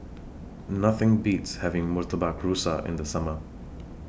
Nothing Beats having Murtabak Rusa in The Summer